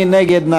מי נגד?